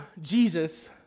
Jesus